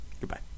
Goodbye